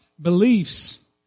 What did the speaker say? beliefs